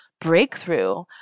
breakthrough